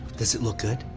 does it look good?